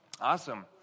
Awesome